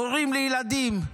הורים לילדים.